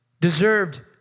deserved